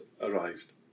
arrived